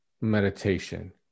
meditation